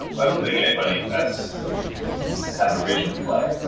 i don't think anybody invests to have a regional play,